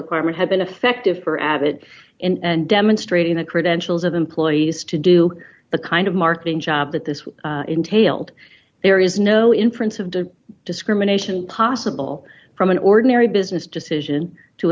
requirement had been effective for abbott and demonstrating a credentials of employees to do the kind of marketing job that this entailed there is no in prince of the discrimination possible from an ordinary business decision to